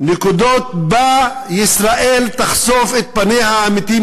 נקודות שבהן ישראל תחשוף את פניה האמיתיות,